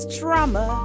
drama